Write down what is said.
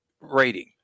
rating